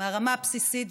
ברמה הבסיסית,